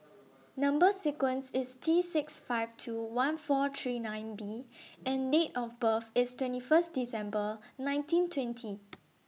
Number sequence IS T six five two one four three nine B and Date of birth IS twenty First December nineteen twenty